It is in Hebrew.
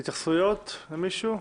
התייחסויות למישהו?